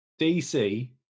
DC